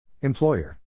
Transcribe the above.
Employer